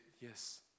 Yes